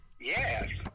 Yes